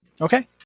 Okay